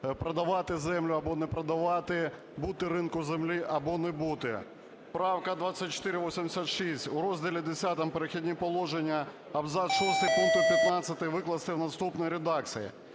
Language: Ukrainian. продавати землю або не продавати, бути ринку землі або не бути. Правка 2486. У Розділі Х "Перехідні положення" абзац шостий пункту 15 викласти в наступній редакції: